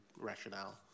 rationale